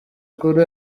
kuri